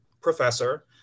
professor